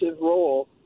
role